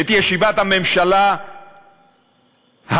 את ישיבת הממשלה הרחבה,